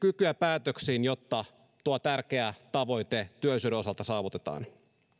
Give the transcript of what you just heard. kykyä päätöksiin jotta tuo tärkeä tavoite työllisyyden osalta saavutetaan